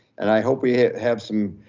and i hope we have some,